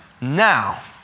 Now